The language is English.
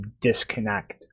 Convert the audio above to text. disconnect